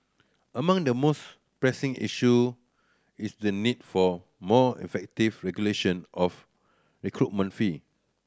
among the most pressing issue is the need for more effective regulation of recruitment fee